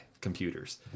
computers